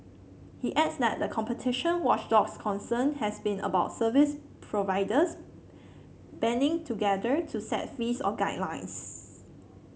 he adds that the competition watchdog's concern has been about service providers banding together to set fees or guidelines